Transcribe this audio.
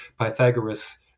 Pythagoras